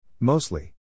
Mostly